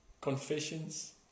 Confessions